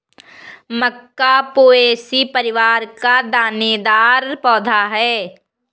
मक्का poaceae परिवार का दानेदार पौधा है